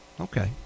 Okay